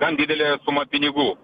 gan didelė suma pinigų